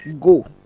go